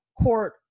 court